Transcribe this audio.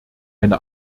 eine